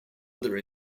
other